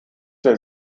der